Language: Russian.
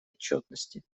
отчетности